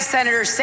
Senator